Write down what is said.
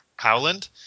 howland